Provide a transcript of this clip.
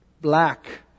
Black